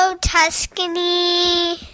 Tuscany